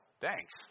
Thanks